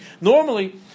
Normally